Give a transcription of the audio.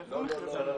שעברו מכרזים.